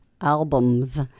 albums